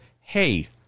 hey